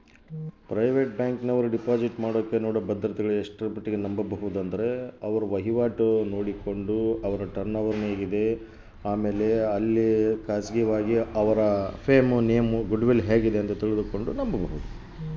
Private ಬ್ಯಾಂಕಿನವರು deposit ಮಾಡೋಕೆ ನೇಡೋ ಭದ್ರತೆಗಳನ್ನು ಎಷ್ಟರ ಮಟ್ಟಿಗೆ ನಂಬಬಹುದು?